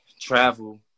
travel